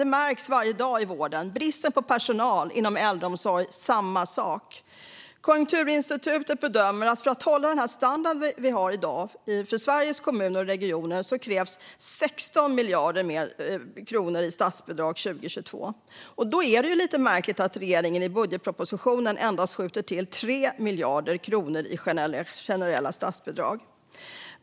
Det märks varje dag i vården med brist på personal. Inom äldreomsorgen är det samma sak. Konjunkturinstitutet bedömer att för att hålla den standard vi har i dag för Sveriges kommuner och regioner krävs 16 miljarder mer i statsbidrag 2022. Då är det lite märkligt att regeringen i budgetpropositionen endast skjuter till 3 miljarder i generella statsbidrag.